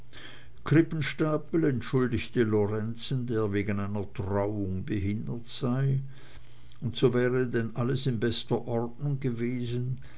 krippenstapel entschuldigte lorenzen der wegen einer trauung behindert sei und so wäre denn alles in bester ordnung gewesen